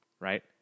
Right